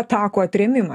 atakų atrėmimą